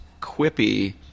quippy